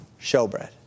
showbread